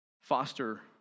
Foster